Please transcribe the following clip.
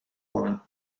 woman